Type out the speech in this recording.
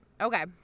okay